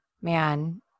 man